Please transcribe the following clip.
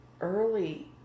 early